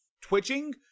Twitching